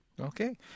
Okay